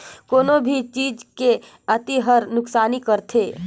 कोनो भी चीज के अती हर नुकसानी करथे